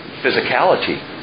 physicality